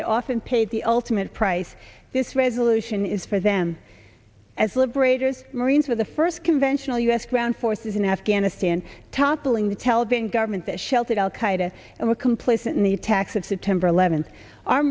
they often paid the ultimate price this resolution is for them as liberators marines were the first conventional u s ground forces in afghanistan toppling the taliban government that sheltered al qaeda and the complacent in the attacks of september eleventh